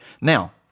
Now